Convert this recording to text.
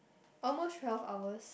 almost twelve hours